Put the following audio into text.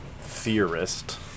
theorist